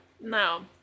No